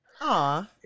Aw